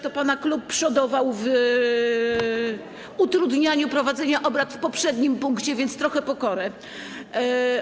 To pana klub przodował w utrudnianiu prowadzenia obrad w poprzednim punkcie, więc trochę pokory.